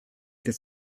des